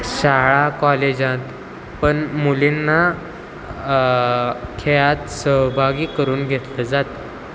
शाळा कॉलेजात पण मुलींना खेळात सहभागी करून घेतलं जातं